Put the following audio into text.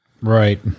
Right